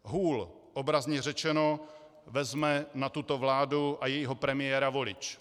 Hůl obrazně řečeno vezme na tuto vládu a jejího premiéra volič.